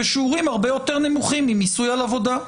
בשיעורים הרבה יותר נמוכים ממיסוי על עבודה.